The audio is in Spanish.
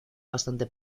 bastante